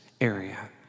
area